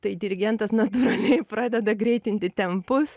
tai dirigentas natūraliai pradeda greitinti tempus